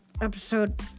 episode